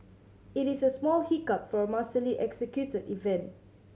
it is a small hiccup for a masterly executed event